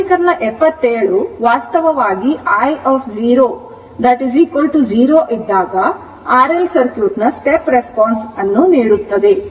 ಆದ್ದರಿಂದ ಸಮೀಕರಣ 77 ವಾಸ್ತವವಾಗಿ i0 0 ಇದ್ದಾಗ RL ಸರ್ಕ್ಯೂಟ್ ನ step response ಅನ್ನು ನೀಡುತ್ತದೆ